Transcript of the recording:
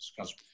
discuss